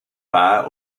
par